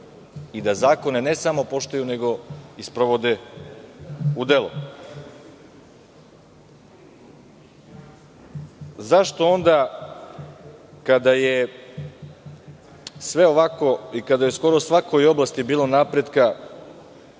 i da zakone, ne samo poštuju, nego i sprovode u delo.Zašto onda, kada je sve ovako i kada je u skoro svakoj oblasti bilo napretka,